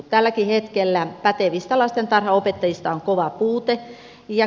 tälläkin hetkellä pätevistä lastentarhanopettajista on kova puute